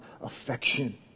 affection